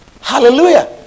Hallelujah